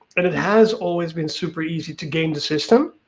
and it has always been super easy to game the system.